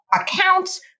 accounts